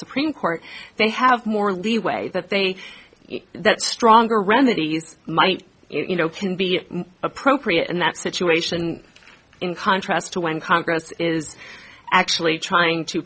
supreme court they have more leeway that they use that stronger remedies might you know can be appropriate in that situation in contrast to when congress is actually trying to